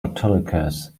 autolycus